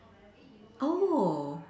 oh